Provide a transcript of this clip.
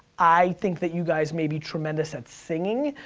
i think that you guys may be tremendous at singing,